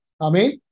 Amen